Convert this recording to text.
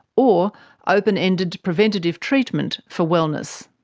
or open-ended preventative treatment for wellness.